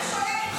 אני לא צריכה.